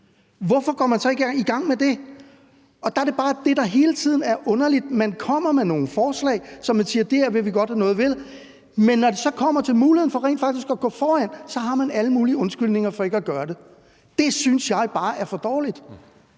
Hvorfor går man så ikke i gang med det? Og det er bare det, der hele tiden er underligt: Man kommer med nogle forslag, og man siger, at det her vil man godt gøre noget ved, men når det så kommer til muligheden for rent faktisk at gå foran, har man alle mulige undskyldninger for ikke at gøre det. Det synes jeg bare er for dårligt.